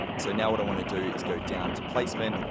so, now what i wanna do is go down to placement,